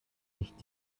nicht